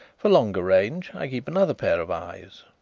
for longer range i keep another pair of eyes.